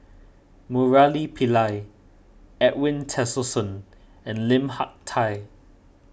Murali Pillai Edwin Tessensohn and Lim Hak Tai